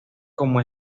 como